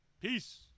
Peace